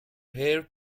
hair